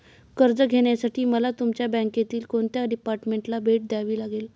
कर्ज घेण्यासाठी मला तुमच्या बँकेतील कोणत्या डिपार्टमेंटला भेट द्यावी लागेल?